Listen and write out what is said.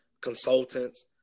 consultants